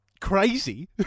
crazy